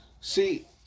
See